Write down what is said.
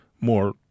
more